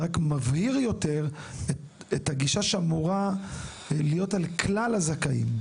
זה רק מבהיר יותר את הגישה שאמורה להיות כלפי כלל הזכאים.